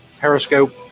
Periscope